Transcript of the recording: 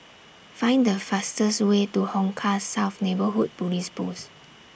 Find The fastest Way to Hong Kah South Neighbourhood Police Post